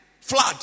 flood